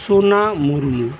Sona Murmu